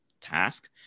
task